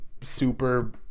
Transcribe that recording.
super